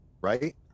Right